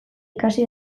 ikasi